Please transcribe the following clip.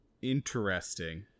interesting